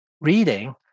reading